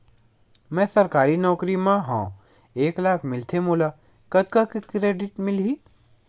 मैं सरकारी नौकरी मा हाव एक लाख मिलथे मोला कतका के क्रेडिट मिलही?